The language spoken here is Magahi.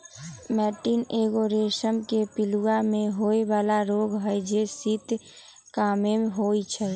मैटीन एगो रेशम के पिलूआ में होय बला रोग हई जे शीत काममे होइ छइ